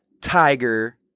Tiger